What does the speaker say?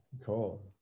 cool